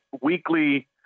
weekly